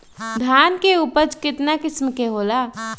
धान के उपज केतना किस्म के होला?